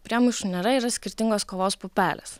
priemaišų nėra yra skirtingos kavos pupelės